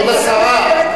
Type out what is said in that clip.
כבוד השרה,